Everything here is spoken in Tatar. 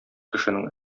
кешенең